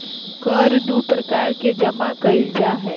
कर दू प्रकार से जमा कइल जा हइ